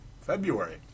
February